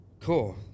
Cool